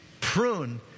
prune